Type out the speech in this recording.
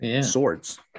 swords